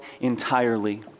entirely